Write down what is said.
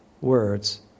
words